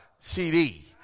CD